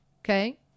Okay